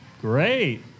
Great